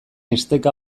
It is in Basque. esteka